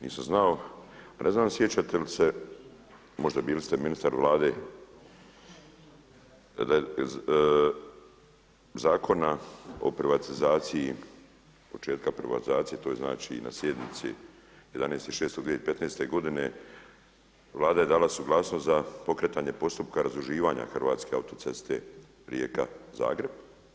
Nisam znao, ne znam sjećate li se, možda bili ste ministar u Vladi zakona o privatizaciji, početka privatizacije to je znači na sjednici 11.6.2015. godine Vlada je dala suglasnost za pokretanje postupka razdruživanja Hrvatske autoceste Rijeka – Zagreb.